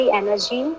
energy